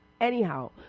Anyhow